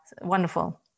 wonderful